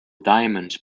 diamonds